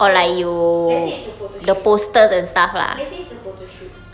so let's say it's a photoshoot let's say it's a photoshoot